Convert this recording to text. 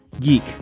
Geek